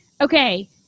Okay